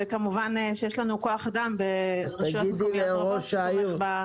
וכמובן שיש לנו כוח אדם ברשויות מקומיות רבות שתומך.